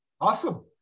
Awesome